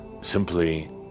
simply